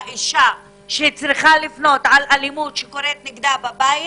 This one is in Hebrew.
האשה שצריכה לפנות היום על אלימות שקורית נגדה בבית,